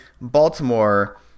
baltimore